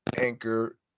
Anchor